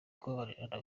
kubabarira